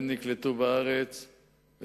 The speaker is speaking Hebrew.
הזה לא מורגש במקומות אחרים,